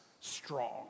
strong